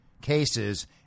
cases